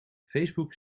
facebook